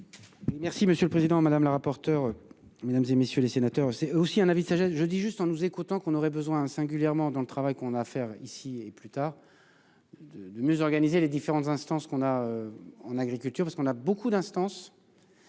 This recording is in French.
Merci monsieur le président, madame la rapporteure mesdames et messieurs les sénateurs, c'est aussi un avis de sagesse, je dis juste en nous écoutant qu'on aurait besoin singulièrement dans le travail qu'on a affaire ici et, plus tard. De de mieux organiser les différentes instances qu'on a en agriculture, parce qu'on a beaucoup d'instances.